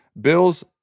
Bills